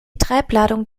treibladung